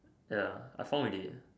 ya I found already